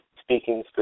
speaking